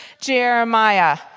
Jeremiah